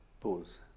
Pause